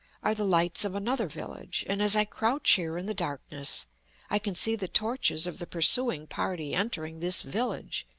are the lights of another village and as i crouch here in the darkness i can see the torches of the pursuing party entering this village,